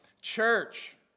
Church